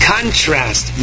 Contrast